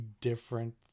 different